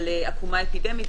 על עקומה אפידמית.